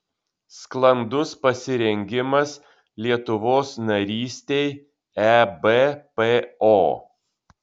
sklandus pasirengimas lietuvos narystei ebpo